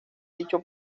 dicho